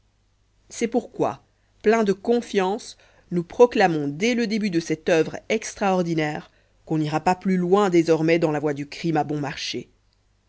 c'est pourquoi plein de confiance nous proclamons dès le début de cette oeuvre extraordinaire qu'on n'ira pas plus loin désormais dans la voie du crime à bon marché